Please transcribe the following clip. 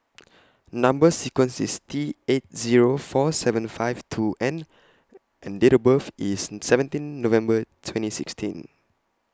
Number sequence IS T eight Zero four seven one five two N and Date of birth IS seventeen November twenty sixteen